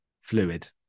fluid